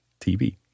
TV